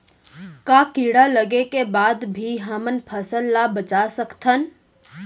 का कीड़ा लगे के बाद भी हमन फसल ल बचा सकथन?